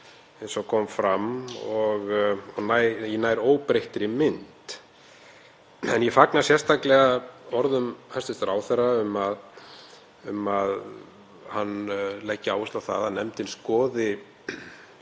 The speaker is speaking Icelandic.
eins og kom fram, í nær óbreyttri mynd. En ég fagna sérstaklega orðum hæstv. ráðherra um að hann leggi áherslu á að nefndin skoði